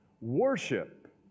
Worship